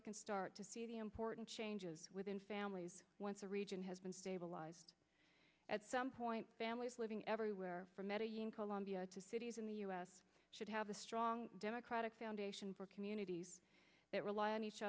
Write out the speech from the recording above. we can start to see the import changes within families once the region has been stabilized at some point families living everywhere in colombia to cities in the u s should have a strong democratic foundation for communities that rely on each